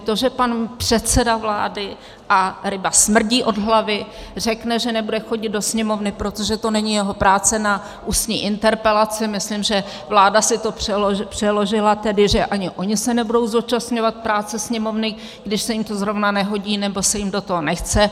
To, že pan předseda vlády a ryba smrdí od hlavy řekne, že nebude chodit do Sněmovny, protože to není jeho práce, na ústní interpelace, myslím, že vláda si to přeložila tedy, že ani oni se nebudou zúčastňovat práce Sněmovny, když se jim to zrovna nehodí nebo se jim do toho nechce.